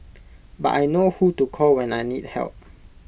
but I know who to call when I need help